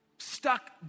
Stuck